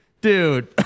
Dude